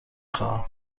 خواهم